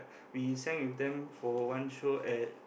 we sang with them for one show at